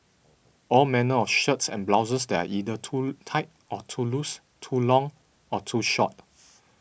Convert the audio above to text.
all manner of shirts and blouses that are either too tight or too loose too long or too short